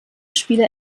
spieler